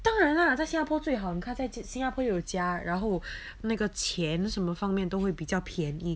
当然 lah 在新加坡最好你看在新加坡有家然后那个钱什么方面都会比较便宜